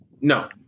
No